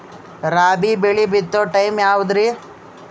ರಾಬಿ ಬೆಳಿ ಬಿತ್ತೋ ಟೈಮ್ ಯಾವದ್ರಿ?